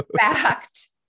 fact